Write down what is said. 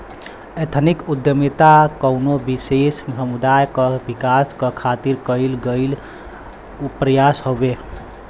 ethnic उद्दमिता कउनो विशेष समुदाय क विकास क खातिर कइल गइल प्रयास हउवे